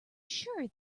sure